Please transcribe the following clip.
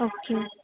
okay